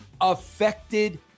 affected